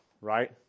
right